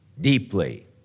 deeply